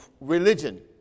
religion